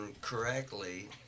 correctly